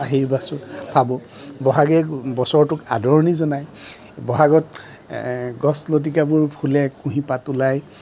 আশীৰ্বাদ স্বৰূপ ভাবোঁ বহাগে বছৰটোক আদৰণি জনাই বহাগত গছ লতিকাবোৰ ফুলে কুঁহিপাত ওলায়